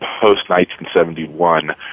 post-1971